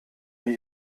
wie